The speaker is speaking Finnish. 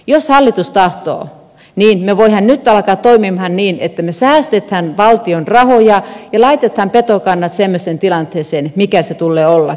jos hallitus tahtoo niin me voimme nyt alkaa toimia niin että me säästämme valtion rahoja ja laitamme petokannat semmoiseen tilanteeseen mikä sen tulee ollakin